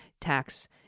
tax